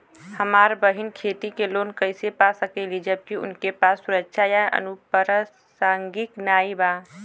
हमार बहिन खेती के लोन कईसे पा सकेली जबकि उनके पास सुरक्षा या अनुपरसांगिक नाई बा?